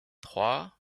trois